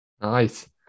Nice